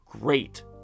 great